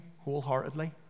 wholeheartedly